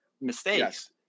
mistakes